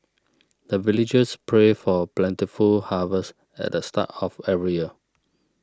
the villagers pray for plentiful harvest at the start of every year